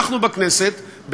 אנחנו בכנסת,